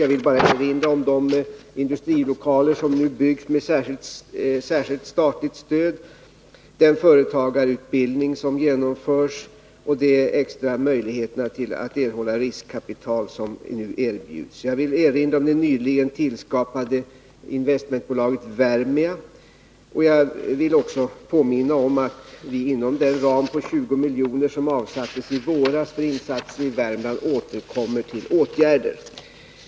Jag vill bara erinra om de industrilokaler som nu byggs med särskilt statligt stöd, den företagarutbildning som genomförs och de extra möjligheter att erhålla riskkapital som nu erbjuds. Jag vill också erinra om det nyligen tillskapade investmentbolaget Wermia. Dessutom vill jag påminna om att vi inom den ram på 20 milj.kr. som avsattes i våras för insatser i Värmland återkommer med åtgärder.